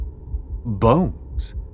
Bones